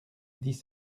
dix